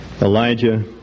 Elijah